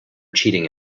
cheating